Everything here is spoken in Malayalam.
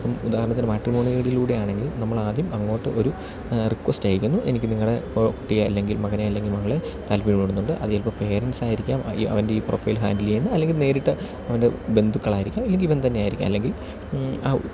അപ്പം ഉദാഹരണത്തിന് മാട്രിമോണികളിലൂടെയാണെങ്കിൽ നമ്മളാദ്യം അങ്ങോട്ട് ഒരു റിക്വസ്റ്റ് അയക്കുന്നു എനിക്ക് നിങ്ങളുടെ കുട്ടിയെ അല്ലെങ്കിൽ മകനെ അല്ലെങ്കിൽ മങ്ങളെ താല്പര്യപ്പെടുന്നുണ്ട് അത് ചിലപ്പോൾ പേരെൻറ്റ്സായിരിക്കാം അവൻ്റെ ഈ പ്രൊഫൈൽ ഹാൻഡിൽ ചെയ്യുന്നത് അല്ലെങ്കിൽ നേരിട്ട് അവൻ്റെ ബന്ധുക്കളായിരിക്കാം അല്ലെങ്കിൽ ഇവൻ തന്നെയായിയിരിക്കാം അല്ലെങ്കിൽ ആ